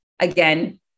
again